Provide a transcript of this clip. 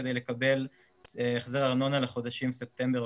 כדי לקבל החזר ארנונה לחודשים ספטמבר-אוקטובר.